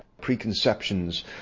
preconceptions